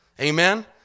Amen